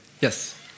Yes